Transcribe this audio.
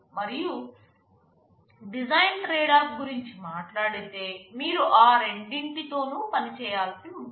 మరియు design trade off గురించి మాట్లాడితే మీరు ఆ రెండింటితోనూ పనిచేయాల్సి ఉంటుంది